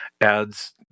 adds